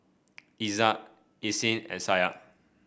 Izzat Isnin and Syah